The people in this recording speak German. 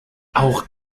auch